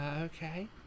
Okay